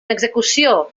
execució